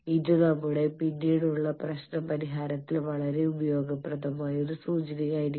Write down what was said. ഇത് നമ്മുടെ പിന്നീടുള്ള പ്രശ്ന പരിഹാരത്തിൽ വളരെ ഉപയോഗപ്രദമായ ഒരു സൂചനയായിരിക്കും